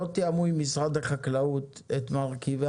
לא תיאמו עם משרד החקלאות את מרכיבי